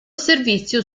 servizio